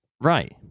Right